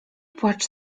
płacz